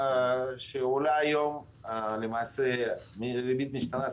אולי גם עניין הזום מפריע לנו להבין.